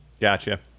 Gotcha